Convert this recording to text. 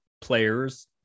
players